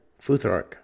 Futhark